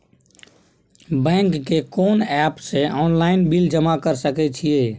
Bank के कोन app से ऑनलाइन बिल जमा कर सके छिए?